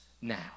now